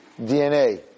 DNA